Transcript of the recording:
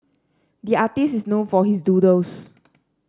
the artist is known for his doodles